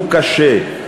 הוא קשה,